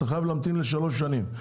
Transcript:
אתה חייב להמתין לשלוש שנים.